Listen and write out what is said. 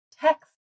text